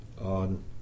on